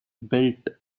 belt